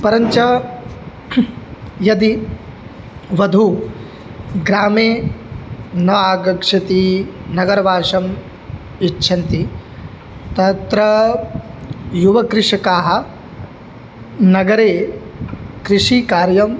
परञ्च यदि वध्वः ग्रामे न आगच्छति नगर्वासम् इच्छन्ति तत्र युवकृषकाः नगरे कृषिकार्यम्